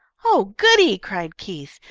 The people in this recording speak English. oh, goody! cried keith.